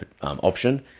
option